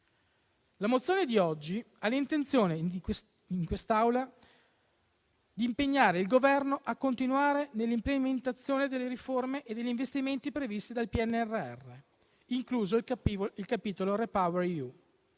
La mozione di oggi ha l'intenzione in quest'Aula di impegnare il Governo a continuare nell'implementazione delle riforme e degli investimenti previsti dal PNRR, incluso il capitolo REPowerEU,